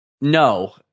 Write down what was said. No